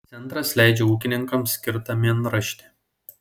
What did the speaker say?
centras leidžia ūkininkams skirtą mėnraštį